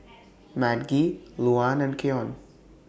Madge Luann and Keyon